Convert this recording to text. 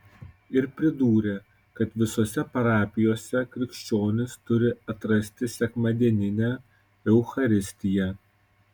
ir pridūrė kad visose parapijose krikščionys turi atrasti sekmadieninę eucharistiją